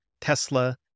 Tesla